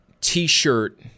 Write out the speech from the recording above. t-shirt